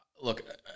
look